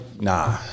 Nah